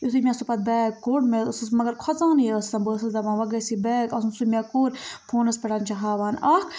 یُتھُے مےٚ سُہ پَتہٕ سُہ بیگ کوٚر مےٚ ٲسٕس مَگَر کھۄژانٕے ٲسَن بہٕ ٲسٕس دَپان وۄنۍ گَژھ یہِ بیگ آسُن سُہ مےٚکوٚر فونَس پٮٹھ چھِ ہاوان اَکھ